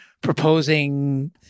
proposing